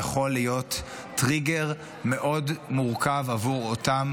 יכול להיות טריגר מאוד מורכב עבור אותם